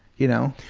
you know.